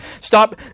Stop